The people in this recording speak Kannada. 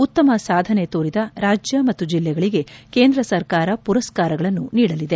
ಉತ್ತಮ ಸಾಧನೆ ತೋರಿದ ರಾಜ್ಯ ಮತ್ತು ಜಿಲ್ಲೆಗಳಿಗೆ ಕೇಂದ್ರ ಸರ್ಕಾರ ಪುರಸ್ಕಾರಗಳನ್ನು ನೀಡಲಿದೆ